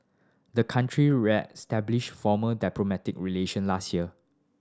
the country reestablished formal diplomatic relation last year